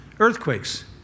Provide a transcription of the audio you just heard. Earthquakes